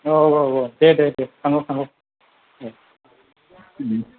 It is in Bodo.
औ औ दे दे थांगौ थांगौ औ